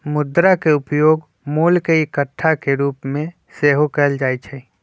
मुद्रा के उपयोग मोल के इकाई के रूप में सेहो कएल जाइ छै